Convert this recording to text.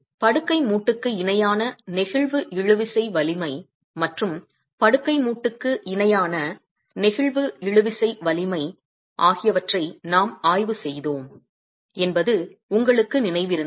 படுக்கை மூட்டுக்கு இணையான நெகிழ்வு இழுவிசை வலிமை மற்றும் படுக்கை மூட்டுக்கு இணையான நெகிழ்வு இழுவிசை வலிமை ஆகியவற்றை நாம் ஆய்வு செய்தோம் என்பது உங்களுக்கு நினைவிருந்தால்